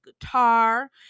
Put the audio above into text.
guitar